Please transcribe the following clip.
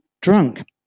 drunk